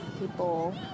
people